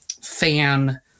fan